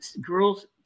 girls